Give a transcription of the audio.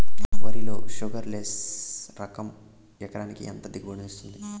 వరి లో sugarless less రకం ఎకరాకి ఎంత దిగుబడినిస్తుంది